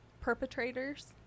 perpetrators